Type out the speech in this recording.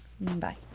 Bye